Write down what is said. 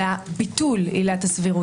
אלא ביטול עילת הסבירות.